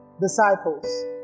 disciples